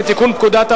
נתקבלה.